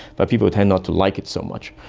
but people tend not to like it so much.